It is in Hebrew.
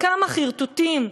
כמה חרטוטים,